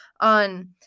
on